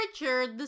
Richard